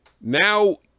Now